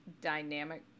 dynamic